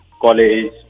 college